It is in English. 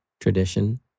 tradition